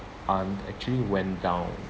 aunt actually went down